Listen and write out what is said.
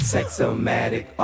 Sexomatic